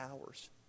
hours